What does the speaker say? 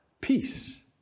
peace